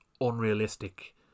unrealistic